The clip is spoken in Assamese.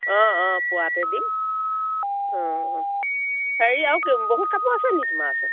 অঁ অঁ পুৱাতে দিম অঁ হেৰি আৰু বহুত কাপোৰ আছে নি তোমাৰ ওচৰত